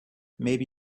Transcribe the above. maybe